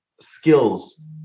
skills